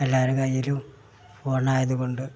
എല്ലാവരുടെ കൈയിലും ഫോണായതു കൊണ്ട്